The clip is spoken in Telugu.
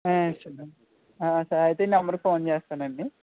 ఆ సరే అయితే ఈ నెంబర్కి ఫోన్ చేస్తానండి